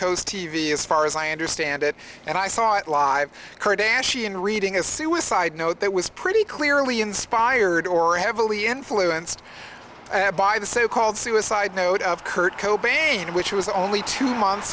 coast t v as far as i understand it and i saw it live kurt and she in reading a suicide note that was pretty clearly inspired or heavily influenced by the so called suicide note of kurt cobain which was only two months